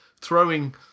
Throwing